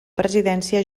presidència